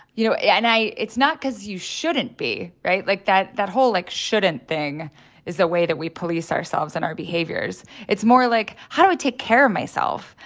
you know, yeah and i it's not cause you shouldn't be, right? like, that that whole, like, shouldn't thing is the way that we police ourselves and our behaviors. it's more like, how do i take care of myself?